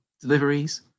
deliveries